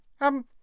Um